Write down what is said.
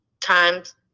times